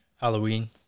halloween